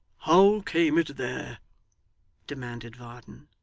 how came it there demanded varden.